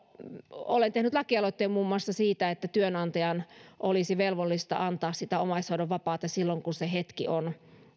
olen tehnyt lakialoitteen muun muassa siitä että työnantajalla olisi velvollisuus antaa sitä omaishoidon vapaata työntekijälle silloin kun se hetki on